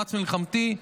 במאמץ מלחמתי,